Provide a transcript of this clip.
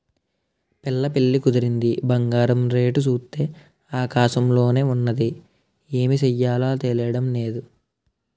పిల్ల పెళ్లి కుదిరింది బంగారం రేటు సూత్తే ఆకాశంలోన ఉన్నాది ఏమి సెయ్యాలో తెల్డం నేదు